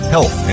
Health